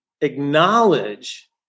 Acknowledge